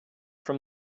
from